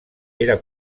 era